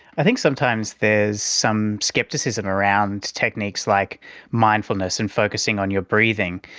i think sometimes there is some scepticism around techniques like mindfulness and focusing on your breathing.